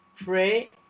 pray